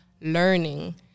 learning